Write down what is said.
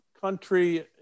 country